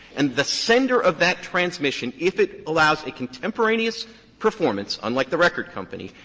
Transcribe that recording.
and the sender of that transmission, if it allows a contemporaneous performance, unlike the record company,